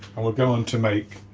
and we'll go on to make